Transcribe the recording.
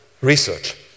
research